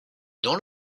dans